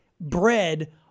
bread